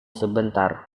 sebentar